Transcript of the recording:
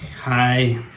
Hi